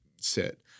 sit